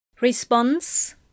Response